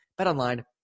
BetOnline